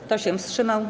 Kto się wstrzymał?